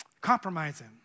compromising